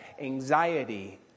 anxiety